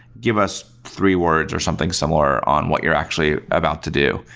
give us three words or something similar on what you're actually about to do.